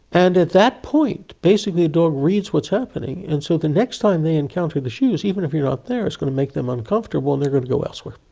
and at that point basically a dog reads what's happening, and so the next time they encounter the shoes, even if you are not there, it's going to make them uncomfortable and they're going to go elsewhere.